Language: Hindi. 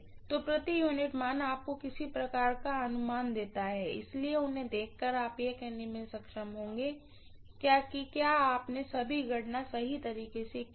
तो प्रति यूनिट मान आपको किसी प्रकार का अनुमान देता है इसलिए उन्हें देखकर आप यह कहने में सक्षम होंगे कि क्या आपने सभी गणना सही तरीके से की हैं